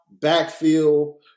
backfield